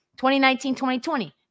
2019-2020